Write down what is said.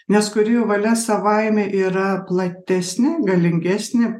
nes kūrėjo valia savaime yra platesnė galingesnė